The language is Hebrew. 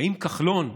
האם כחלון,